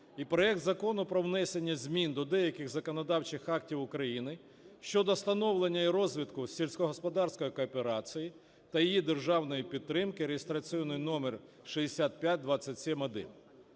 і проект Закону про внесення змін до деяких законодавчих актів України щодо становлення і розвитку сільськогосподарської кооперації та її державної підтримки (реєстраційний номер 6527-1).